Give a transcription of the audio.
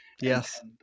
yes